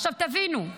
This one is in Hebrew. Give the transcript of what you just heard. עכשיו תבינו,